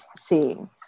seeing